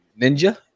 ninja